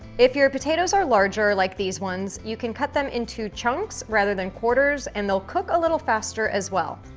if your potatoes are larger like these ones, you can cut them into chunks rather than quarters and they'll cook a little faster, as well.